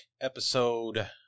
episode